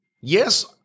Yes